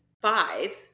five